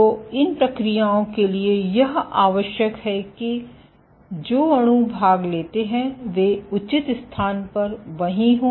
तो इन प्रक्रियाओं के लिए यह आवश्यक है कि जो अणु भाग लेते हैं वे उचित स्थान पर वहीं हों